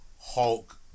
Hulk